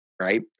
right